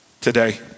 today